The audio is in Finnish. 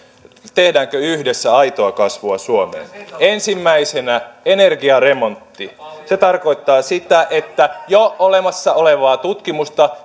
tehdäänkö yhdessä aitoa kasvua suomeen ensimmäisenä energiaremontti se tarkoittaa sitä että käytetään jo olemassa olevaa tutkimusta